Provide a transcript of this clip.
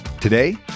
Today